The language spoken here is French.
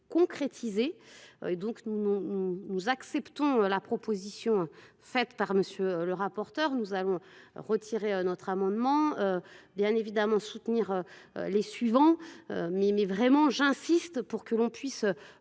donc nous nous acceptons la proposition faite par M. le rapporteur, nous allons retirer notre amendement, bien évidemment soutenir les suivants, mais mais vraiment j'insiste pour que l'on puisse